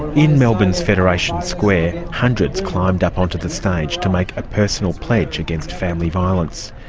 in melbourne's federation square, hundreds climbed up onto the stage to make a personal pledge against family violence.